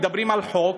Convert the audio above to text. מדברים על חוק,